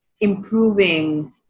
improving